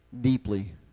deeply